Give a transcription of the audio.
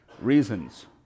reasons